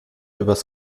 übers